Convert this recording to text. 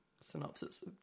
synopsis